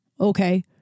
okay